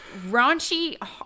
raunchy